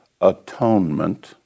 atonement